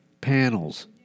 panels